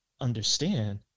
understand